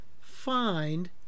find